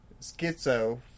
schizo